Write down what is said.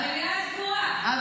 אבל המליאה סגורה.